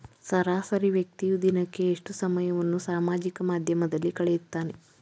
ಸರಾಸರಿ ವ್ಯಕ್ತಿಯು ದಿನಕ್ಕೆ ಎಷ್ಟು ಸಮಯವನ್ನು ಸಾಮಾಜಿಕ ಮಾಧ್ಯಮದಲ್ಲಿ ಕಳೆಯುತ್ತಾನೆ?